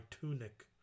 tunic